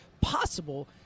possible